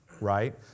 right